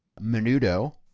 Menudo